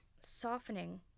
softening